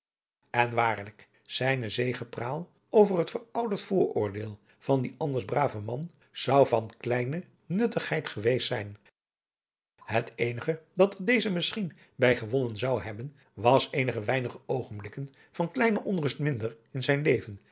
en waarlijk zijne zegepraal over het verouderd vooroordeel van dien anders braven man zou van zeer kleine nuttigheid geweest zijn het eenige dat er deze misschien bij gewonnen zou hebben was eenige weinige oogenblikken van kleine onrust minder in zijn leven